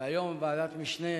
והיום בוועדת משנה